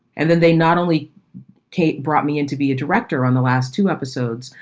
and then they not only kate brought me in to be a director on the last two episodes,